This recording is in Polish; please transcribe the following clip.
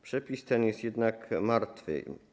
Przepis ten jest jednak martwy.